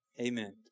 Amen